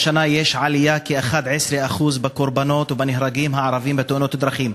השנה יש עלייה של כ-11% במספר הקורבנות והנהרגים הערבים בתאונות הדרכים.